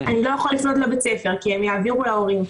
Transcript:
אני לא יכול לפנות לבית הספר כי הם יעבירו להורים.